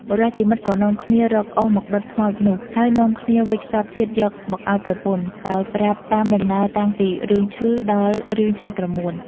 បុរសជាមិត្តក៏នាំគ្នារកអុសមកដុតខ្មោចនោះ ហើយនាំគ្នាវេចខ្ចប់ធាតុយកមកឲ្យប្រពន្ធ ដោយប្រាប់តាមដំណើរតាំងពីរឿងឈឺ ដល់រឿងចែកក្រមួន។